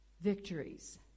Victories